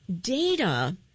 data